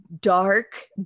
dark